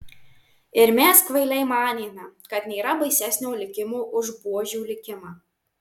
ir mes kvailiai manėme kad nėra baisesnio likimo už buožių likimą